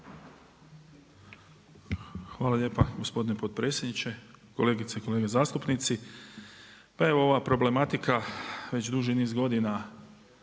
Hvala lijepa gospodine potpredsjedniče, kolegice i kolege zastupnici. Pa evo ova problematika već duži niz godina